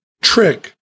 trick